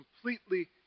completely